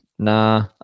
Nah